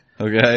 Okay